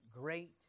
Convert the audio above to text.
great